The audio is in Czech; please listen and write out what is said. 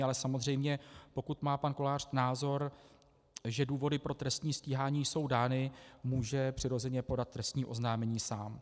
Ale samozřejmě, pokud má pan Kolář názor, že důvody pro trestní stíhání jsou dány, může přirozeně podat trestní oznámení sám.